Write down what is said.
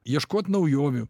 ieškot naujovių